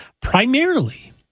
primarily